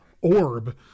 orb